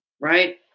Right